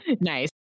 Nice